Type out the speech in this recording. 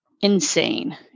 insane